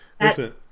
Listen